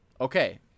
Okay